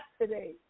today